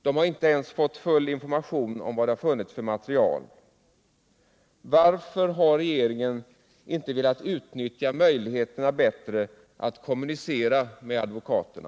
De har inte ens fått full information om vad det har funnits för material. Varför har regeringen inte velat utnyttja möjligheterna bättre att kommunicera med advokaterna?